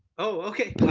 ok.